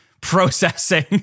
processing